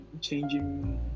changing